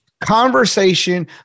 conversation